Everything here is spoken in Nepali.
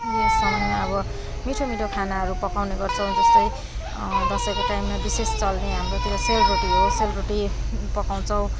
यस समयमा अब मिठो मिठो खानाहरू पकाउने गर्छौँ जस्तै दसैँको टाइममा विशेष चल्ने हाम्रोतिर सेलरोटी हो सेलरोटी पकाउँछौँ